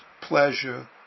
pleasure